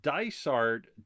Dysart